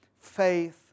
faith